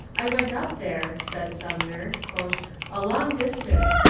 i went up there, said sumner, a long distance,